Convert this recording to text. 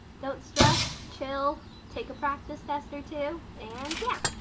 don't stress, chill, take a practice test or two and yeah!